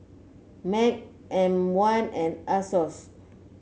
MAG M one and Asos